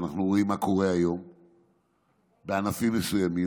ואנחנו רואים מה קורה היום בענפים מסוימים,